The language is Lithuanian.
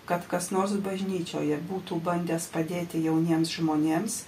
kad kas nors bažnyčioje būtų bandęs padėti jauniems žmonėms